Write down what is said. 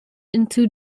into